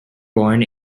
born